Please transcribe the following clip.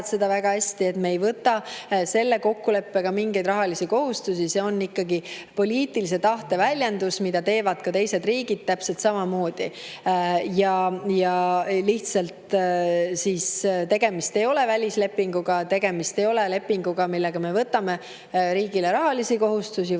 seda väga hästi, et me ei võta selle kokkuleppega mingeid rahalisi kohustusi. See on ikkagi poliitilise tahte väljendus ja seda teevad teised riigid täpselt samamoodi. Tegemist ei ole välislepinguga ja tegemist ei ole lepinguga, millega me võtame riigile rahalisi või